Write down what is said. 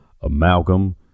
amalgam